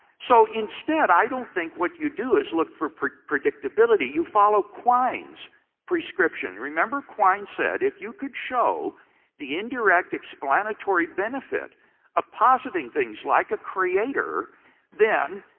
so, instead, i don't think what you do is look for predictability. you follow quine's prescription. remember quine said, if you could show the indirect explanatory benefit of positing things like a creator then